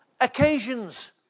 occasions